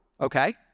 okay